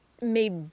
made